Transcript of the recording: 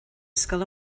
scoil